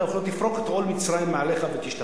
אתה תפרוק את עול מצרים מעליך ותשתחרר.